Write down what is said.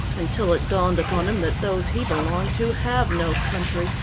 until it dawned upon him that those he belonged to have no country,